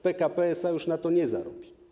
PKP SA już na to nie zarobi.